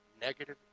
negative